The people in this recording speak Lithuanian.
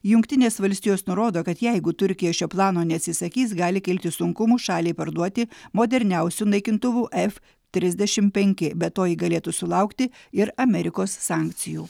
jungtinės valstijos nurodo kad jeigu turkija šio plano neatsisakys gali kilti sunkumų šaliai parduoti moderniausių naikintuvų f trisdešim penki be to ji galėtų sulaukti ir amerikos sankcijų